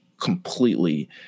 completely